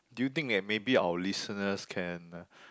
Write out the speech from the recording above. do you think that maybe our listeners can